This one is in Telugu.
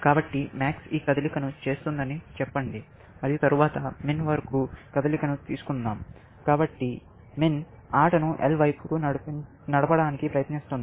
కాబట్టి MAX ఈ కదలికను చేస్తుందని చెప్పండి మరియు తరువాత MIN వరకు కదలికను తీసుకుందాం కాబట్టి MIN ఆటను L వైపు నడపడానికి ప్రయత్నిస్తుంది